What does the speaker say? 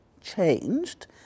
changed